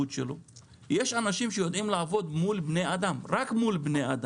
יש אנשים שיודעים לעבוד רק מול בני אדם,